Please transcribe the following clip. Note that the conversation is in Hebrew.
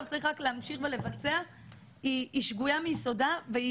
צריך רק להמשיך ולבצע היא שגויה מיסודה.